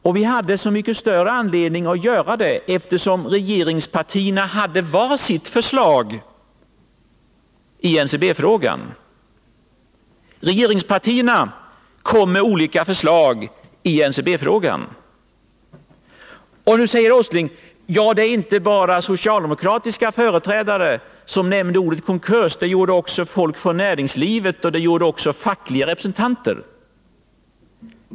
Och vi hade så mycket större anledning att göra det, eftersom regeringspartierna hade var sitt förslag i NCB-frågan. Regeringspartierna lade fram olika förslag. Och nu säger herr Åsling: Det var inte bara socialdemokratins företrädare som nämnde ordet konkurs. Det gjorde också folk från näringslivet och fackliga representanter.